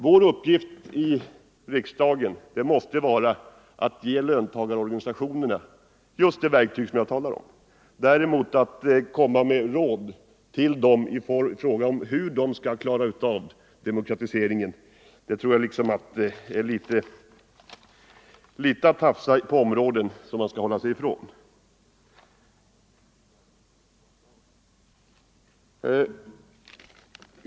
Vår uppgift i riksdagen måste vara att ge löntagarorganisationerna just det verktyg som jag talar om. Däremot att komma med råd till dem om hur de skall klara av demokratiseringen, är att komma in på områden som man skall hålla sig ifrån.